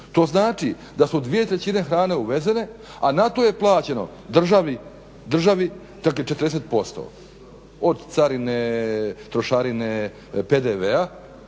to znači da su dvije trećine hrane uvezene a na to je plaćeno državi dakle 40% od carine, trošarine, PDv-a.